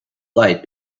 light